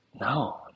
no